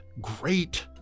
great